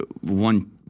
one